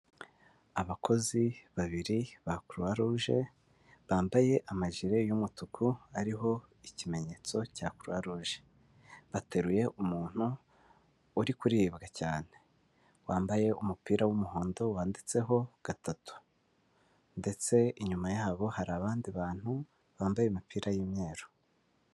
Abakozi babiri ba kuruwaruje bambaye amajire y'umutuku ariho ikimenyetso cya kuruwaruje, bateruye umuntu uri kuribwa cyane, wambaye umupira w'umuhondo wanditseho gatatu ndetse inyuma yabo hari abandi bantu bambaye imipira y'imyeru.